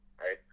right